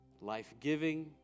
life-giving